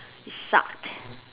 it sucked